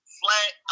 flat